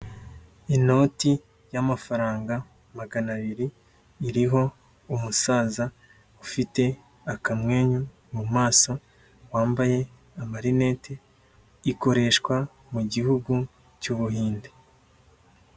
Inoti y'amafaranga magana abiri, iriho umusaza ufite akamwenyu mu maso, wambaye amarineti, ikoreshwa mu gihugu cy'Ubuhinde.